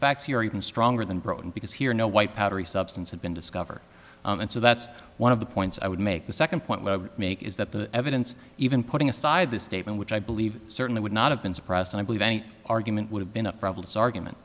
here even stronger than broken because here no white powdery substance had been discovered and so that's one of the points i would make the second point i would make is that the evidence even putting aside this statement which i believe certainly would not have been suppressed and i believe any argument would have been a frivolous argument